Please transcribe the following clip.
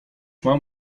mam